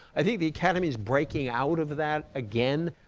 i think the academy is breaking out of that again.